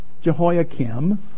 Jehoiakim